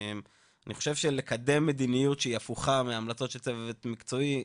אני חושב לקדם מדיניות שהיא הפוכה מהמלצות של הצוות המקצועי,